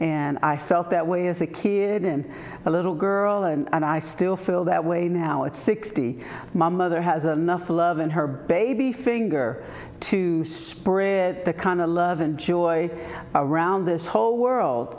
and i felt that way as a kid in a little girl and i still feel that way now at sixty my mother has anough love and her baby finger to spirit the kind of love and joy around this whole world